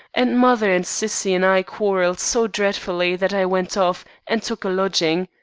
and mother and cissy and i quarrelled so dreadfully that i went off and took a lodging.